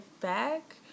back